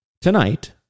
tonight